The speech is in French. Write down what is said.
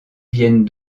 viennent